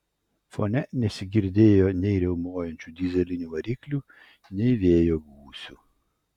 fone nesigirdėjo nei riaumojančių dyzelinių variklių nei vėjo gūsių